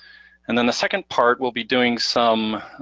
and then the second part, we'll be doing some